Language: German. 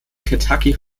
kentucky